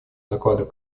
докладах